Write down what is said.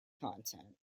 content